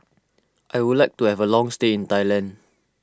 I would like to have a long stay in Thailand